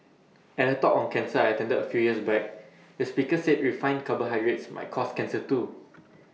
at A talk on cancer I attended A few years back the speaker said refined carbohydrates might cause cancer too